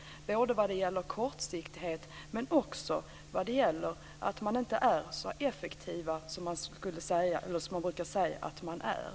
Man är kortsiktig, och man är inte heller så effektiv som man brukar säga att man är.